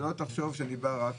שלא תחשוב שאני בא רק